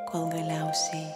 kol galiausiai